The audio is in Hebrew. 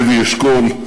לוי אשכול,